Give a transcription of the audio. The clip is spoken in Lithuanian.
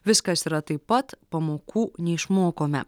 viskas yra taip pat pamokų neišmokome